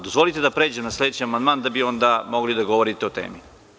Dozvolite da pređem na sledeći amandman, da bi onda mogli da govorite o temi.